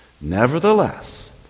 Nevertheless